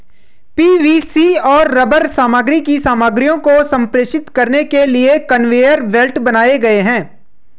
PVC और rubber सामग्री की सामग्रियों को संप्रेषित करने के लिए कन्वेयर बेल्ट बनाए गए हैं